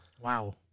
Wow